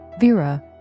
Vera